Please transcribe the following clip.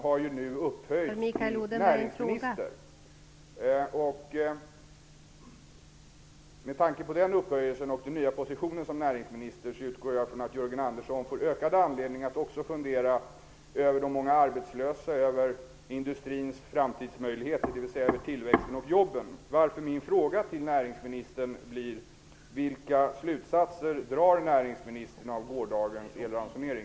Han har nu upphöjts till näringsminister. Med tanke på upphöjelsen till den nya positionen som näringsminister utgår jag från att Jörgen Andersson får större anledning att också fundera över de många arbetslösa och över industrins framtidsmöjligheter, dvs. tillväxten och jobben.